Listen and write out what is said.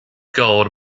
gold